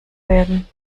werden